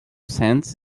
cents